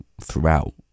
throughout